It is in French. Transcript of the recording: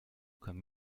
comme